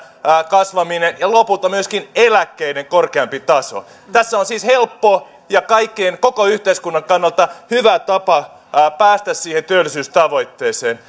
kasvaminen ja lopulta myöskin eläkkeiden korkeampi taso tässä on siis helppo ja koko yhteiskunnan kannalta hyvä tapa päästä siihen työllisyystavoitteeseen